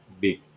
big